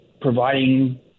providing